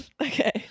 okay